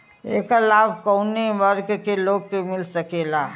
ऐकर लाभ काउने वर्ग के लोगन के मिल सकेला?